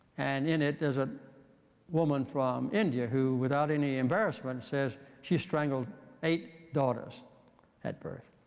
and in it, there's a woman from india who without any embarrassment says she strangled eight daughters at birth,